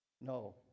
No